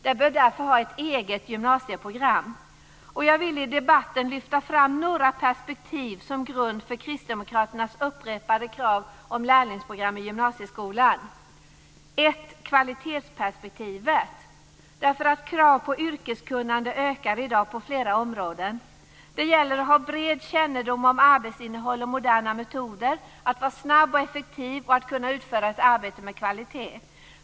Det bör därför ha ett eget gymnasieprogram. Jag vill i debatten lyfta fram några perspektiv som grund för kristdemokraternas upprepade krav på ett lärlingsprogram i gymnasieskolan. Det gäller för det första kvalitetsperspektivet. Krav på yrkeskunnande ökar i dag på flera områden. Det gäller att ha bred kännedom om arbetsinnehåll och moderna metoder, att vara snabb och effektiv och att kunna utföra arbete med kvalitet.